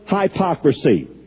hypocrisy